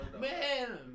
Man